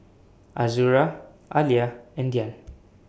Azura Alya and Dian